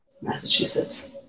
Massachusetts